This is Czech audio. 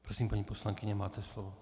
Prosím, paní poslankyně, máte slovo.